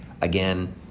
Again